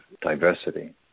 diversity